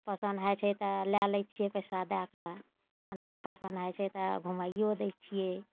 पसन्द होइ छै तऽ लऽ लै छियै पैसा दए कऽ आ नहि पसन्द होइ छै तऽ घुमाइयो दै छियै